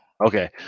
Okay